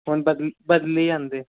ਹੁਣ ਬਦਲੀ ਬਦਲੀ ਜਾਂਦੇ